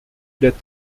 death